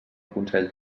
consell